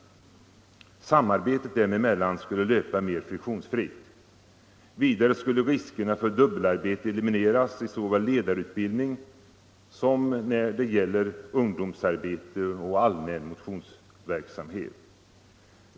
Samarbetet dem emellan skulle löpa mer friktionsfritt. Vidare skulle riskerna för dubbelarbete eliminerats i såväl ledareutbildning som när det gäller ungdomsarbete och allmän motionsverksamhet.